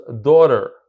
daughter